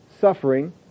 suffering